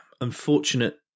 unfortunate